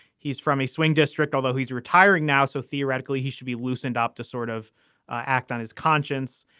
he's from a swing district, although he's retiring now. so theoretically, he should be loosened up to sort of act on his conscience.